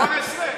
18?